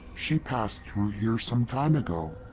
she passed through here some time ago.